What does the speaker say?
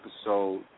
episode